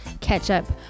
Ketchup